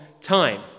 time